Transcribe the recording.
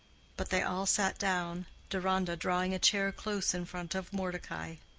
but they all sat down, deronda drawing a chair close in front of mordecai.